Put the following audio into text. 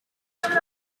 نخورم